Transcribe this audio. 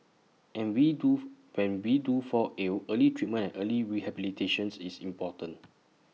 and we do when we do fall ill early treatment early rehabilitation is important